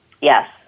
Yes